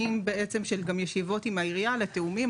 בעצם של גם ישיבות עם העירייה לתיאומים,